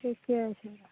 ठीके छै